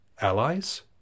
allies